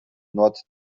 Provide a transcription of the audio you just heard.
nord